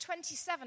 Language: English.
27